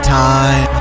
time